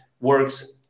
works